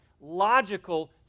logical